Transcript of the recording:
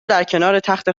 درکنارتخت